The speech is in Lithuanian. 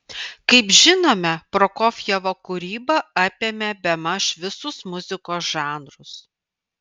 kaip žinome prokofjevo kūryba apėmė bemaž visus muzikos žanrus